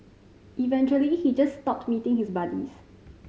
eventually he just stopped meeting his buddies